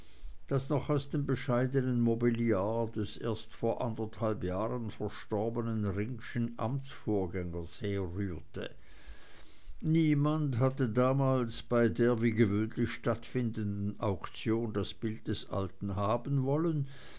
das noch aus dem bescheidenen mobiliar des erst vor anderthalb jahren verstorbenen ringschen amtsvorgängers herrührte niemand hatte damals bei der gewöhnlich stattfindenden auktion das bild des alten haben wollen